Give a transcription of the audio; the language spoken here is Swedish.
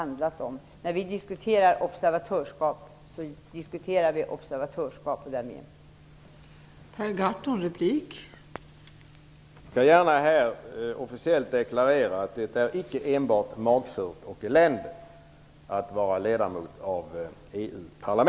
När vi diskuterar observatörskap, diskuterar vi observatörskap - och därmed jämnt!